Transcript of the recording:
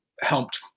helped